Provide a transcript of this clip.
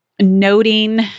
Noting